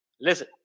Listen